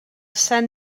sant